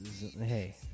Hey